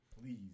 please